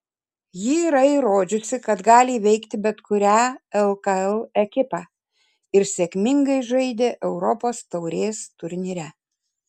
ji yra įrodžiusi kad gali įveikti bet kurią lkl ekipą ir sėkmingai žaidė europos taurės turnyre